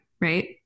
right